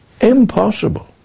Impossible